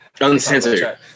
uncensored